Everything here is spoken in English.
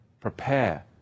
Prepare